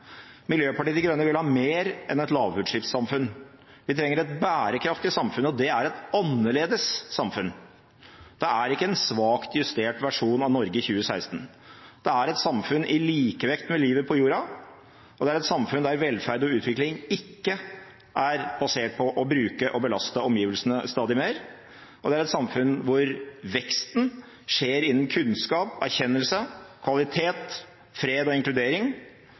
Miljøpartiet De Grønne vil ha mer enn et lavutslippssamfunn. Vi trenger et bærekraftig samfunn, og det er et annerledes samfunn. Det er ikke en svakt justert versjon av Norge i 2016. Det er et samfunn i likevekt med livet på jorda. Det er et samfunn der velferd og utvikling ikke er basert på å bruke og belaste omgivelsene stadig mer. Og det er et samfunn der veksten skjer innen kunnskap, erkjennelse, kvalitet, fred og inkludering.